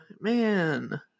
Man